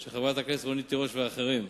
של חברת הכנסת רונית תירוש ואחרים.